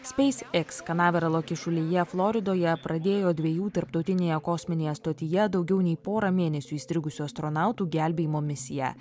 speis iks kanaveralo kyšulyje floridoje pradėjo dviejų tarptautinėje kosminėje stotyje daugiau nei porą mėnesių įstrigusių astronautų gelbėjimo misiją